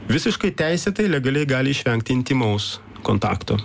visiškai teisėtai legaliai gali išvengti intymaus kontakto